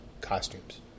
costumes